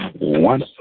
one